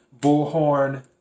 Bullhorn